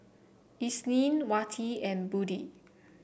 Isnin Wati and Budi